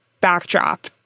backdrop